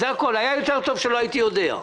היה יותר טוב שלא הייתי יודע.